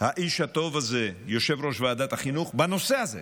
האיש הטוב הזה, יושב-ראש ועדת החינוך חבר הכנסת